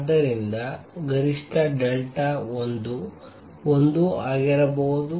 ಆದ್ದರಿಂದ ಗರಿಷ್ಠ ಡೆಲ್ಟಾl 1 ಆಗಿರಬಹುದು